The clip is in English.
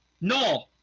no